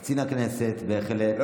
קורא לקצין הכנסת בהחלט לבדוק,